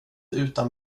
utan